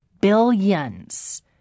billions